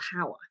power